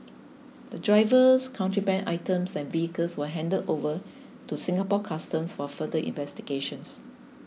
the drivers contraband items and vehicles were handed over to Singapore Customs for further investigations